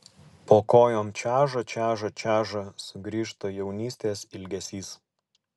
po kojom čeža čeža čeža sugrįžta jaunystės ilgesys